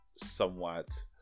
Somewhat